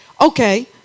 okay